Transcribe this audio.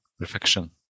perfection